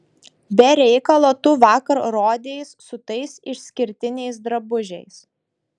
be reikalo tu vakar rodeis su tais išskirtiniais drabužiais